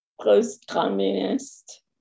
post-communist